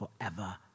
forever